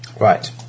Right